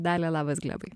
dalia labas glebai